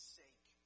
sake